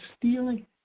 stealing